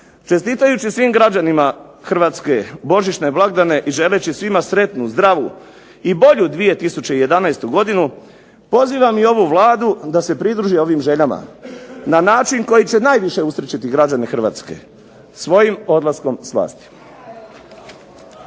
Čestitajući svim građanima Hrvatske božićne blagdane, i želeći svima sretnu, zdravu i bolju 2011. godinu, pozivam i ovu Vladu da se pridruži ovim željama, na način koji će najviše usrećiti građane Hrvatske, svojim odlaskom s vlasti.